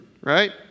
right